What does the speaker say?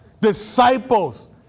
Disciples